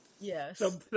Yes